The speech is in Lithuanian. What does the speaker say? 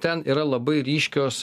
ten yra labai ryškios